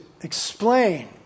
explain